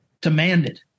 demanded